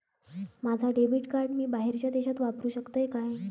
माझा debit card मी बाहेरच्या देशात वापरू शकतय काय?